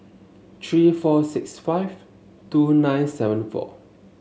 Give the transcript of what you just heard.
three four six five two nine seven four